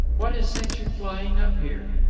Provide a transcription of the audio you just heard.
what has sent you flying up here?